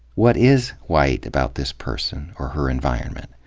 what is white about this person or her environment?